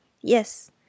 Yes